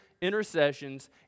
intercessions